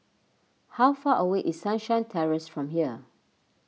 how far away is Sunshine Terrace from here